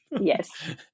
Yes